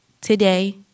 today